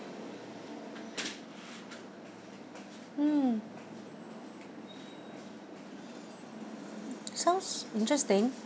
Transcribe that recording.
mm sounds interesting